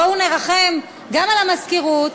בואו נרחם גם על המזכירות.